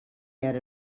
had